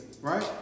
right